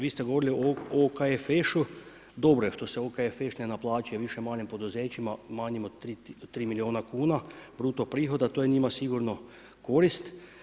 Vi ste govorili o OKFŠ-u, dobro je što se OKFŠ ne naplaćuje više manjim poduzećima, manjim od 3 milijuna kuna bruto prihoda, to je njima sigurno korist.